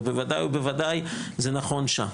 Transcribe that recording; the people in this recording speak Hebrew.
ובוודאי ובוודאי זה נכון שם.